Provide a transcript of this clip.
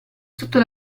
sotto